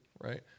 right